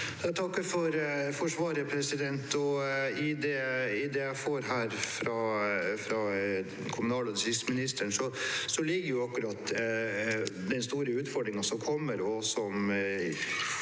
takker for svaret. I det jeg her får fra kommunal- og distriktsministeren, ligger akkurat den store utfordringen som kommer,